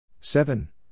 seven